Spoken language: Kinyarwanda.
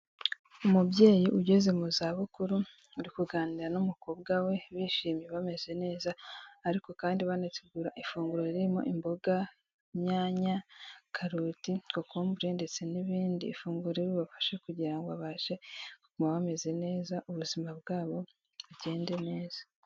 Umubyeyi ugeze mu zabukuru, uri kuganira n'umukobwa we, bishimye bameze neza, ariko kandi banategura ifunguro ririmo imboga, inyanya, karoti, kokombure ndetse n'ibindi, ifunguro riri bubafashe kugira ngo babashe kuguma bameze neza, ubuzima bwabo bugende neza.